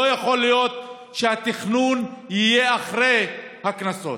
לא יכול להיות שהתכנון יהיה אחרי הקנסות.